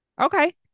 Okay